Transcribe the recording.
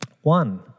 one